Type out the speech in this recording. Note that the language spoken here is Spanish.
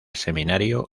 seminario